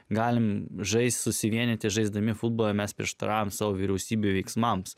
galime žaisti susivienyti žaisdami futbolą mes prieštaraujame savo vyriausybių veiksmams